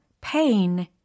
pain